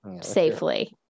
safely